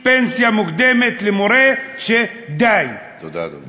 גיל פנסיה מוקדמת למורה, שדי, תודה, אדוני.